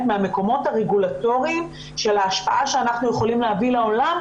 מהמקומות הרגולטוריים של ההשפעה שאנחנו יכולים להביא לעולם.